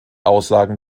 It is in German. aussagen